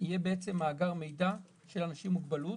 יהיה מאגר מידע של אנשים עם מוגבלות